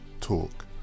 talk